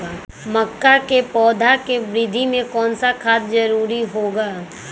मक्का के पौधा के वृद्धि में कौन सा खाद जरूरी होगा?